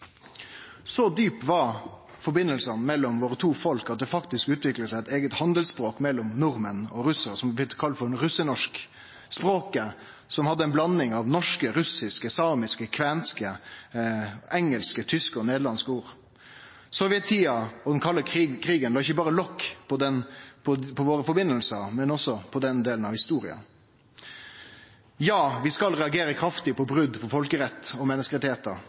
Så djupt var sambandet mellom våre to folk at det faktisk utvikla seg eit eige handelsspråk mellom nordmenn og russarar, som har blitt kalla «russarnorsk». Språket hadde ei blanding av norske, russiske, samiske, kvenske, engelske, tyske og nederlandske ord. Sovjettida og den kalde krigen la ikkje berre lokk på vårt samband, men også på den delen av historia. Ja, vi skal reagere kraftig på brot på folkeretten og